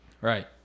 right